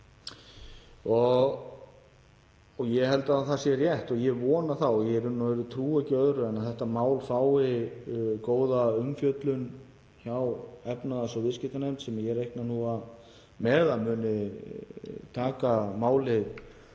Ég held að það sé rétt og ég vona það og ég í raun og veru trúi ekki öðru en að þetta mál fái góða umfjöllun hjá efnahags- og viðskiptanefnd sem ég reikna nú með að muni taka málið